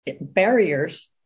barriers